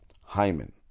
Hyman